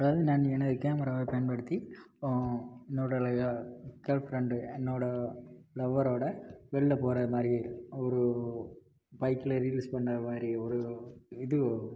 அதாவது நான் எனது கேமராவை பயன்படுத்தி இப்போ என்னுடைய கேர்ள் ஃப்ரெண்ட் என்னோடய லவ்வரோடு வெளியில் போகிற மாதிரி ஒரு பைக்கில் ரீல்ஸ் பண்ணுற மாதிரி ஒரு இது